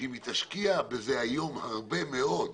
שאם היא תשקיע בזה היום הרבה מאוד,